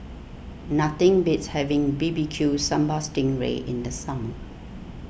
nothing beats having B B Q Sambal Sting Ray in the summer